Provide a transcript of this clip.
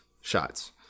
shots